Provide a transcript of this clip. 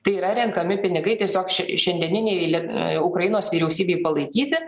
tai yra renkami pinigai tiesiog šia šiandieninei liet e ukrainos vyriausybei palaikyti